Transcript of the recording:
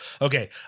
okay